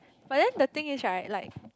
but then the thing is right like